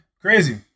Crazy